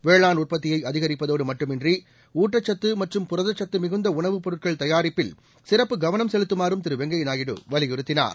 வேளாண் உற்பத்தியை அதிகரிப்பதோடு மட்டுமன்றி ஊட்டக்சத்து மற்றும் புரதச் சத்து மிகுந்த உணவுப் பொருட்கள் தயாரிப்பில் சிறப்புக் கவனம் செலுத்துமாறும் திருவெங்கைய நாயுடு வலியுறுத்தினார்